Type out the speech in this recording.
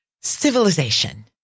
civilization